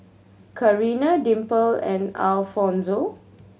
Carina Dimple and Alfonzo